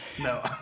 No